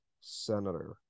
senator